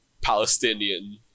Palestinian